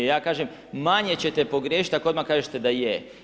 Ja kažem manje ćete pogriješiti ako odmah kažete da je.